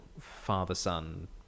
father-son